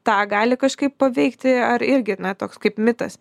tą gali kažkaip paveikti ar irgi na toks kaip mitas